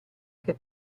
che